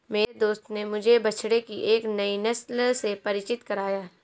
मेरे दोस्त ने मुझे बछड़े की एक नई नस्ल से परिचित कराया